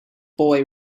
boy